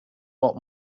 what